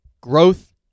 growth